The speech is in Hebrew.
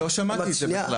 אני לא שמעתי את זה בכלל,